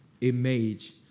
image